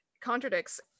contradicts